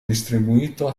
distribuito